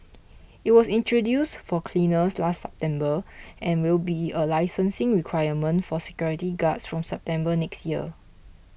it was introduced for cleaners last September and will be a licensing requirement for security guards from September next year